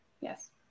Yes